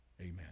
Amen